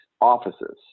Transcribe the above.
offices